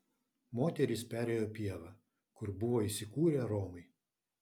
moterys perėjo pievą kur buvo įsikūrę romai